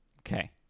Okay